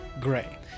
Gray